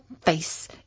face